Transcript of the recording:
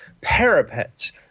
parapets